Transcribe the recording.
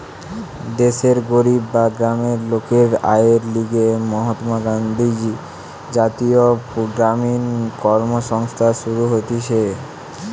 দেশের গরিব গ্রামের লোকের আয়ের লিগে মহাত্মা গান্ধী জাতীয় গ্রামীণ কর্মসংস্থান শুরু হতিছে